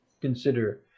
consider